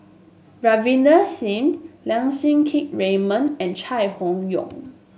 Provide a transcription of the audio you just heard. Ravinder Singh Lim Siang Keat Raymond and Chai Hon Yoong